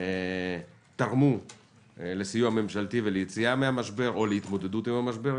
תרמו לסיוע ממשלתי וליציאה מהמשבר או להתמודדות עם המשבר,